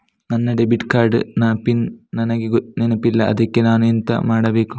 ನನ್ನ debit card ನ PIN ನನಗೆ ನೆನಪಿಲ್ಲ ಅದ್ಕೆ ನಾನು ಎಂತ ಮಾಡಬೇಕು?